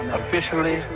officially